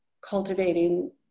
cultivating